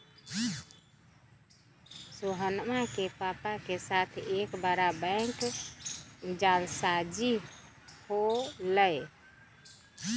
सोहनवा के पापा के साथ एक बड़ा बैंक जालसाजी हो लय